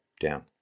down